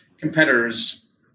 competitors